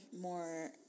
more